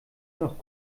noch